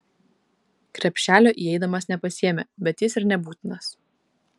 krepšelio įeidamas nepasiėmė bet jis ir nebūtinas